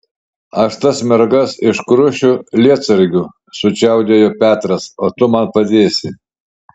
aš tas mergas iškrušiu lietsargiu sučiaudėjo petras o tu man padėsi